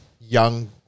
young